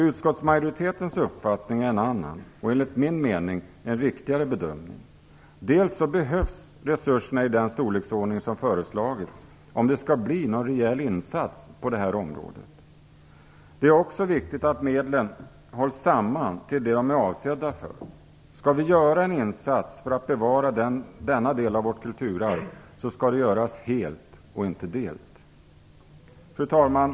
Utskottsmajoritetens uppfattning är en annan och, enligt min mening, en riktigare bedömning. Dels behövs resurserna i den storleksordning som har föreslagits om det skall bli någon rejäl insats på det här området. Dels är det också viktigt att medlen hålls samman till det de är avsedda för. Om vi skall göra en insats för att bevara denna del av vårt kulturarv skall det göras helt och inte delt. Fru talman!